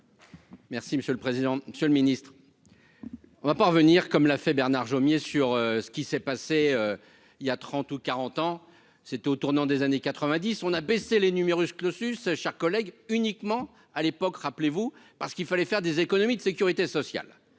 Merci monsieur le président, Monsieur le Ministre, on va pas revenir, comme l'a fait Bernard Jomier sur ce qui s'est passé il y a 30 ou 40 ans, c'était au tournant des années 90 on a baissé les numerus clausus chers collègues uniquement à l'époque, rappelez-vous, parce qu'il fallait faire des économies de sécurité sociale